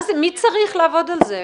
מי צריך לעבוד על זה?